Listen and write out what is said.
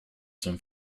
some